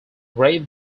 grave